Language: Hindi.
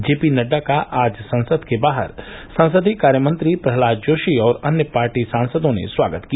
जे पी नड्डा का आज संसद के बाहर संसदीय कार्यमंत्री प्रह्लाद जोशी और अन्य पार्टी सांसदों ने स्वागत किया